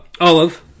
Olive